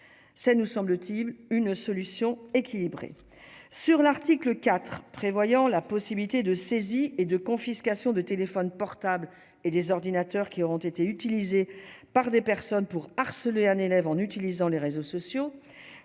ça nous semble-t-il, une solution équilibrée sur l'article IV prévoyant la possibilité de saisie et de confiscation de téléphones portables et des ordinateurs qui auront été utilisés par des personnes pour harceler un élève en utilisant les réseaux sociaux